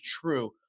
true